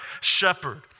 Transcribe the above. shepherd